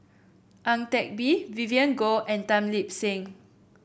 Ang Teck Bee Vivien Goh and Tan Lip Seng